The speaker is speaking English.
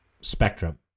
spectrum